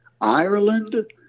Ireland